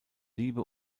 liebe